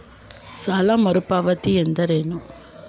ಸಾಲ ಮರುಪಾವತಿ ಎಂದರೇನು?